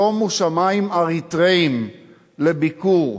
שומו שמים, אריתריאים לביקור.